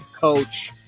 coach